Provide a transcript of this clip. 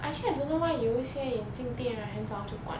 actually I don't know why 有一些眼镜店 right 很早就关